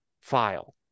file